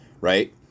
right